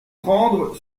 prendre